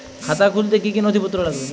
খাতা খুলতে কি কি নথিপত্র লাগবে?